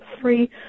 three